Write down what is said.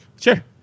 Sure